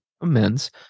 amends